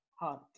hard